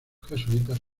jesuitas